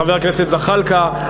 חבר הכנסת זחאלקה,